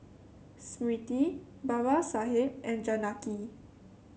Smriti Babasaheb and Janaki